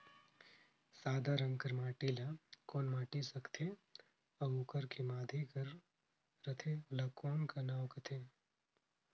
सादा रंग कर माटी ला कौन माटी सकथे अउ ओकर के माधे कर रथे ओला कौन का नाव काथे?